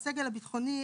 הסגל הביטחוני,